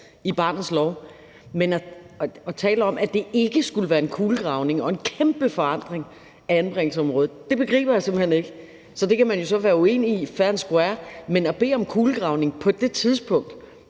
i barnets lov, men at tale om, at det ikke skulle være en kulegravning og en kæmpe forandring af anbringelsesområdet, begriber jeg simpelt hen ikke. Det kan man så være uenig i, det er fair and square, men at bede om en kulegravning på det tidspunkt,